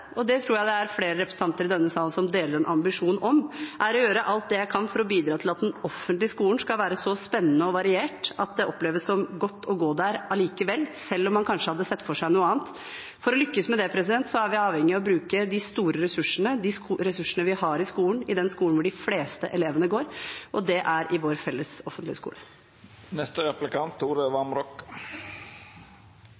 og det tror jeg det er flere representanter i denne salen som deler en ambisjon om – er å gjøre alt det jeg kan for å bidra til at den offentlige skolen skal være så spennende og variert at det oppleves som godt å gå der selv om man kanskje hadde sett for seg noe annet. For å lykkes med det, er vi avhengig av å bruke de store ressursene, de ressursene vi har i skolen, i den skolen hvor de fleste elevene går, og det er i vår felles offentlige skole.